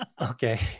Okay